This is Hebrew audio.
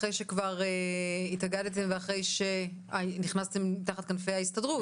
אחרי שכבר התאגדתם ונכנסתם תחת כנפי ההסתדרות?